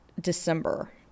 December